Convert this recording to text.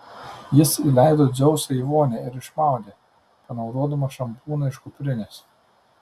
jis įleido dzeusą į vonią ir išmaudė panaudodamas šampūną iš kuprinės